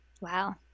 Wow